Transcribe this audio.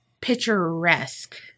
picturesque